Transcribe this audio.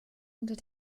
unter